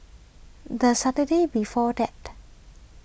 the Saturday before that